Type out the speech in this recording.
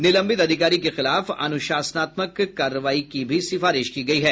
निलंबित अधिकारी के खिलाफ अनुशासनात्मक कार्रवाई की भी सिफारिश की गयी है